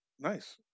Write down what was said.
Nice